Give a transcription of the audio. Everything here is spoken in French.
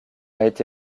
été